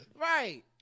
right